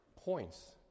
points